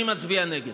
אני מצביע נגד.